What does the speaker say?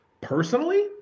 Personally